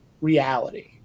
reality